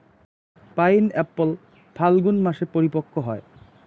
pineapple ফাল্গুন মাসে পরিপক্ব হয়